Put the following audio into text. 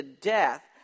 death